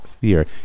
fear